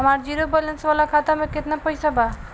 हमार zero balance वाला खाता में केतना पईसा बा?